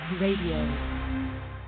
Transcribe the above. Radio